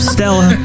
Stella